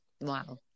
Wow